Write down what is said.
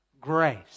grace